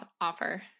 offer